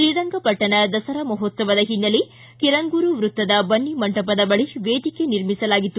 ತ್ರೀರಂಗಪಟ್ಟಣ ದಸರಾ ಮಹೋತ್ಸವದ ಹಿನ್ನೆಲೆ ಕಿರಂಗೂರು ವೃತ್ತದ ಬನ್ನಿ ಮಂಟಪದ ಬಳಿ ವೇದಿಕೆ ನಿರ್ಮಿಸಲಾಗಿತ್ತು